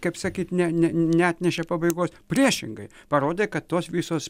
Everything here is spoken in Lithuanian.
kaip sakyt ne ne neatnešė pabaigos priešingai parodė kad tos visos